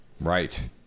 Right